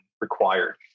required